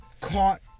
Caught